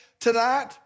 tonight